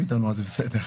טועה.